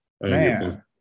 Man